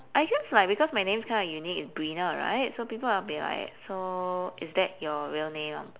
I guess like because my name is kind of unique it's brina right so people will be like so is that your real name